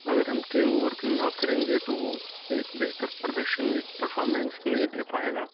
اگر ہم teamwork نہ کریں گے تو وہ ایک بہتر پردرشن ایک پرفارمینس نہیں دے پائے گا